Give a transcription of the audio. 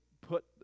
put